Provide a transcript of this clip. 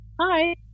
Hi